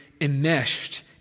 enmeshed